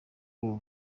uru